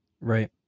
Right